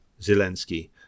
Zelensky